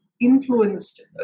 influenced